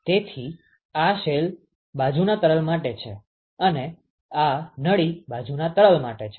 તેથી આ શેલ બાજુના તરલ માટે છે અને આ નળી બાજુના તરલ માટે છે